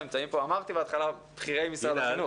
אמרתי בהתחלה, נמצאים פה בכירי משרד החינוך.